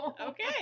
okay